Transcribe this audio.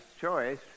choice